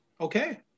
Okay